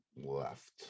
Left